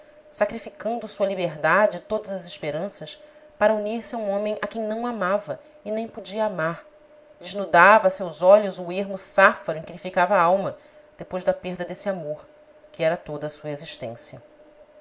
sacrificando sua liberdade e todas as esperanças para unir-se a um homem a quem não amava e nem podia amar desnudava a seus olhos o ermo sáfaro em que lhe ficara a alma depois da perda desse amor que era toda sua existência